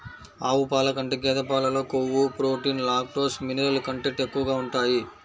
ఆవు పాల కంటే గేదె పాలలో కొవ్వు, ప్రోటీన్, లాక్టోస్, మినరల్ కంటెంట్ ఎక్కువగా ఉంటాయి